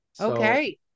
okay